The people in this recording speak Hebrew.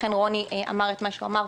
לכן רוני חזקיהו אמר את מה את מה שהוא אמר.